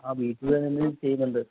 ആ വീട്ടിൽ വന്നിരുന്ന് ചെയ്യുന്നുണ്ട്